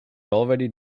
already